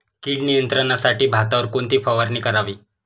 कीड नियंत्रणासाठी भातावर कोणती फवारणी करावी?